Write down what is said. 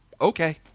Okay